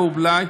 גור בלאי,